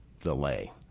Delay